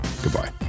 Goodbye